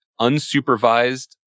unsupervised